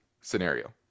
scenario